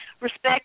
respect